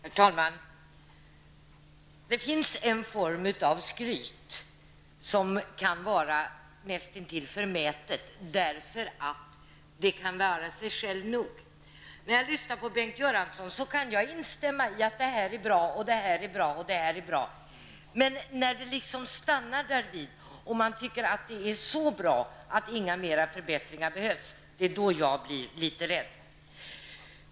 Herr talman! Det finns en form av skryt som kan vara nästintill förmäten därför att den kan vara sig själv nog. När jag lyssnar på Bengt Göransson kan jag instämma i att det och det är bra. Men när det liksom stannar därvid och man tycker att det är så bra att inga ytterligare förbättringar behövs, då blir jag litet rädd.